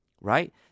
right